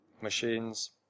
machines